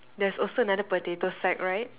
there's also another potato sack right